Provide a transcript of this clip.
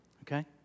Okay